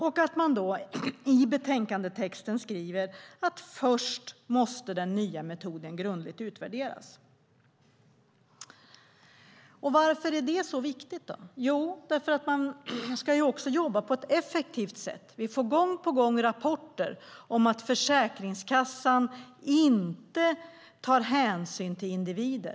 Utskottet skriver i betänkandet att först måste den nya metoden grundligt utvärderas. Varför är det så viktigt? Jo, därför att man ska jobba på ett effektivt sätt. Vi går gång på gång rapporter som att Försäkringskassan inte tar hänsyn till individen.